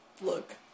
look